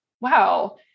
wow